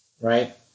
Right